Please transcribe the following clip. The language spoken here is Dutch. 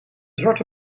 zwarte